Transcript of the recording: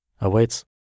awaits